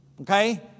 okay